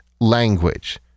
language